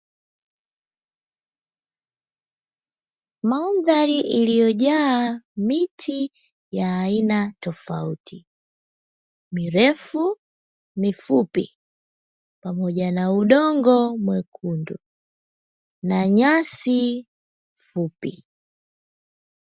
Mandhari iliyojaa miti ya aina tofauti, mirefu, mifupi, pamoja na udongo mwekundu, na nyasi fupi.